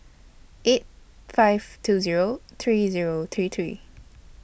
eight five two Zero three Zero three three